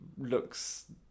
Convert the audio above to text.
looks